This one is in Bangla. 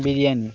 বিরিয়ানি